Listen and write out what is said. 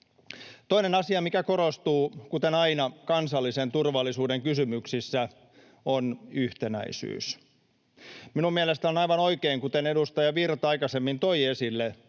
Toinen asia, mikä korostuu, kuten aina kansallisen turvallisuuden kysymyksissä, on yhtenäisyys. Minun mielestäni on aivan oikein se, kuten edustaja Virta aikaisemmin toi esille,